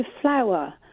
flower